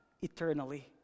eternally